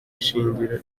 ishingiro